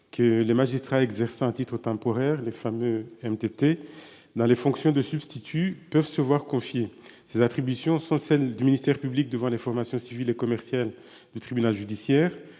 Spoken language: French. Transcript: que les magistrats exerçant à titre temporaire, les fameux. MTT dans les fonctions de substitut peuvent se voir confier ses attributions sont saines du ministère public de les formations civile et commerciale du tribunal judiciaire